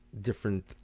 different